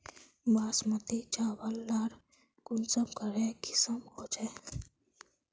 बासमती चावल लार कुंसम करे किसम होचए?